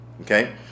okay